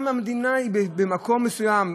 גם המדינה היא במקום מסוים.